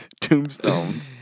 tombstones